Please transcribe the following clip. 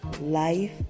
life